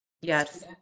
Yes